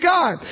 God